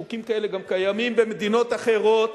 חוקים כאלה קיימים גם במדינות אחרות,